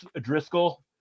Driscoll